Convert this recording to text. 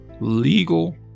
legal